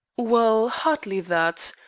well, hardly that.